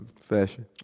Fashion